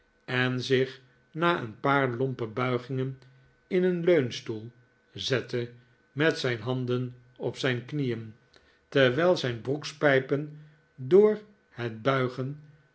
en zich na een paar lompe buigingen in een leunstoel zette met zijn handen op zijn knieen terwijl zijn broekspijpen door het buigen